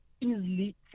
easily